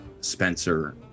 Spencer